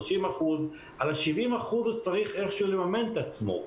30%. ב-70% הוא צריך איכשהו לממן את עצמו.